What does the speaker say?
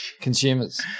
consumers